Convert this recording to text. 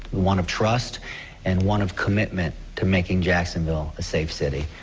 one of trust and one of commitment to making jacksonville a safe city.